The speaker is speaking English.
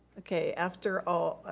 okay, after all,